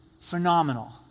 Phenomenal